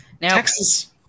Texas